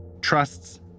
trusts